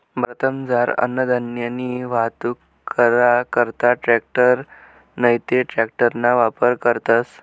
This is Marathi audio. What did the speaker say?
भारतमझार अन्नधान्यनी वाहतूक करा करता ट्रॅकटर नैते ट्रकना वापर करतस